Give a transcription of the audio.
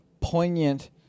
poignant